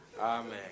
Amen